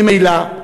ממילא,